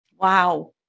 Wow